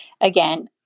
again